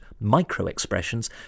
micro-expressions